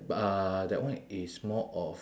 b~ uh that one is more of